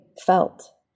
felt